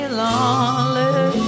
lonely